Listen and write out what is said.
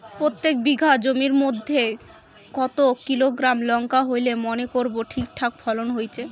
প্রত্যেক বিঘা জমির মইধ্যে কতো কিলোগ্রাম লঙ্কা হইলে মনে করব ঠিকঠাক ফলন হইছে?